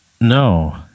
No